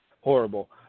horrible